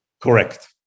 Correct